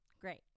Great